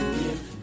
give